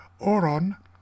Oron